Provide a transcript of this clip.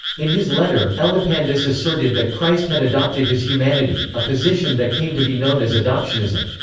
in his letter, elipandus asserted that christ had adopted his humanity, a position that came to be known as adoptionism.